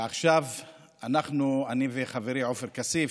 עכשיו אני וחברי עופר כסיף,